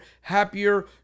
happier